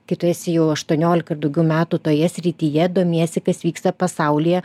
kai tu esi jau aštuoniolika ir daugiau metų toje srityje domiesi kas vyksta pasaulyje